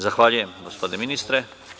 Zahvaljujem, gospodine ministre.